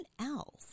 else